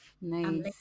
nice